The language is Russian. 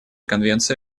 конвенции